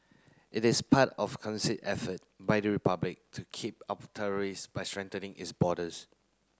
it is part of effort by the Republic to keep out terrorists by strengthening its borders